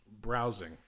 browsing